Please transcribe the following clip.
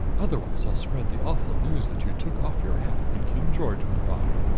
otherwise i'll spread the awful news that you took off your hat when king george went by.